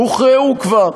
הוכרעו כבר,